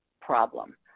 problem